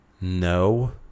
No